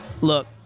Look